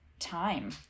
time